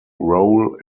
role